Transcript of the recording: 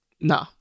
No